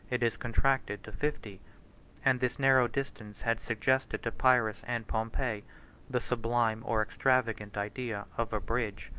it is contracted to fifty and this narrow distance had suggested to pyrrhus and pompey the sublime or extravagant idea of a bridge.